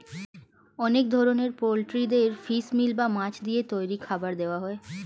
অনেক ধরনের পোল্ট্রিদের ফিশ মিল বা মাছ দিয়ে তৈরি খাবার দেওয়া হয়